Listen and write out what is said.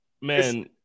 man